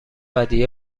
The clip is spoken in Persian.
ودیعه